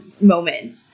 Moment